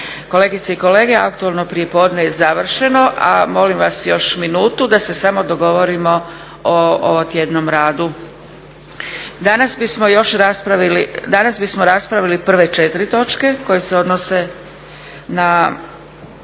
Kolegice i kolege aktualno prijepodne je završeno. Molim vas još minutu da se samo dogovorimo o ovotjednom radu. Danas bismo raspravili prve 4 točke koje se odnose na